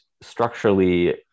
structurally